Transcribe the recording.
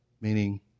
meaning